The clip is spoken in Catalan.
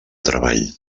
treball